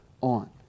on